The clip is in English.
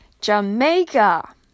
Jamaica